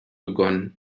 begonnen